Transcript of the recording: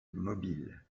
mobiles